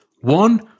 One